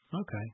okay